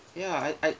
ya I I